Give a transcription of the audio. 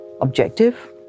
objective